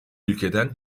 ülkeden